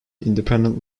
independent